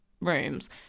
rooms